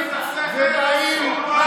ובאים,